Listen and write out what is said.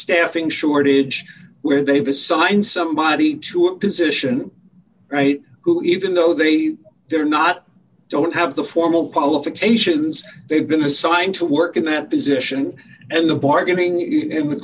staffing shortage where they've assigned somebody to a position right who even though they do or not don't have the formal qualifications they've been assigned to work in that position and the bargaining in the